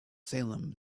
salem